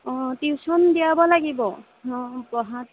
অঁ টিউচন দিয়াব লাগিব অঁ পঢ়াত